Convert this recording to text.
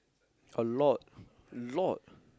a lot a lot